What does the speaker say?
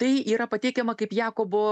tai yra pateikiama kaip jakobo